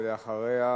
ואחריה,